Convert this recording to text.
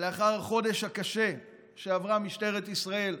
ולאחר החודש הקשה שעברה משטרת ישראל,